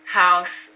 house